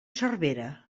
servera